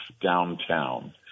downtown